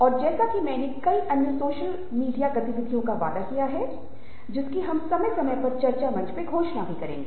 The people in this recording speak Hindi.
और जैसा कि मैंने कई अन्य सोशल मीडिया गतिविधियों का वादा किया है जिसकी हम समय समय पर चर्चा मंच में घोषणा करेंगे